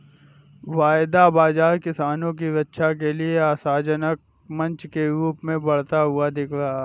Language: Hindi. वायदा बाजार किसानों की रक्षा के लिए आशाजनक मंच के रूप में बढ़ता हुआ दिख रहा है